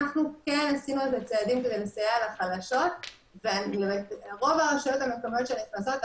אנחנו עשינו צעדים כדי לסייע לחלשות ורוב הרשויות המקומיות שנכנסות,